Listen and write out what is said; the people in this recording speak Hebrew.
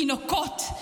תינוקות,